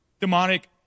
demonic